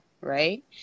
right